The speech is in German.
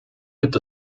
gibt